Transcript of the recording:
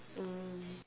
mm